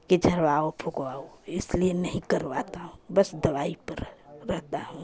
कि झड़वाओ फुकवाओ इसलिए नहीं करवाता हूँ बस दवाई पर रहता हूँ